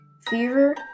fever